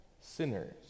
sinners